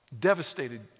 devastated